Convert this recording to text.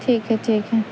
ٹھیک ہے ٹھیک ہے